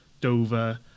Dover